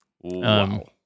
Wow